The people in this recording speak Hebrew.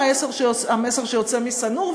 מה המסר שיוצא משא-נור?